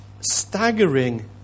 staggering